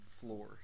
floor